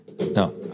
No